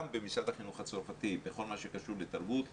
גם במשרד החינוך הצרפתי בכל מה שקשור לתרבות,